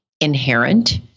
inherent